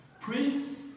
Prince